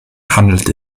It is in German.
handelt